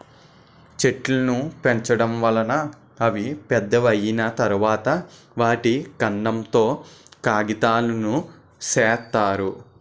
చెట్లును పెంచడం వలన అవి పెద్దవి అయ్యిన తరువాత, వాటి కాండం తో కాగితాలును సేత్తారు